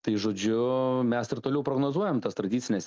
tai žodžiu mes ir toliau prognozuojam tas tradicines